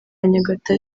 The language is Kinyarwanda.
nyagatare